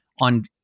on